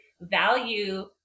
value